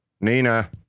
Nina